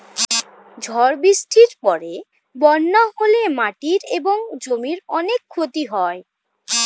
ঝড় বৃষ্টির পরে বন্যা হলে মাটি এবং জমির অনেক ক্ষতি হয়